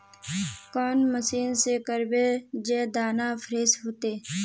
कौन मशीन से करबे जे दाना फ्रेस होते?